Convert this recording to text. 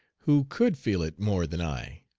who could feel it more than i?